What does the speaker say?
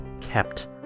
kept